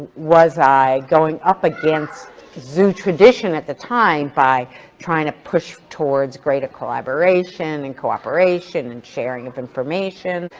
was i going up against zoo tradition at the time by trying to push towards greater collaboration and cooperation and sharing of information,